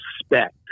respect